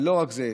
ולא רק זה,